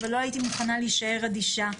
ולא הייתי מוכנה להישאר אדישה.